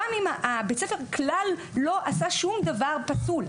גם אם בית הספר כלל לא עשה שום דבר פסול,